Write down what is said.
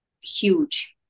huge